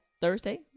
Thursday